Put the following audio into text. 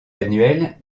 annuel